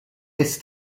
est